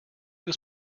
was